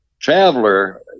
traveler